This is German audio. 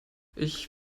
ich